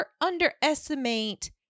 underestimate